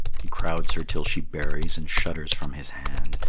he crowds her till she buries and shudders from his hand,